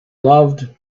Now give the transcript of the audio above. loved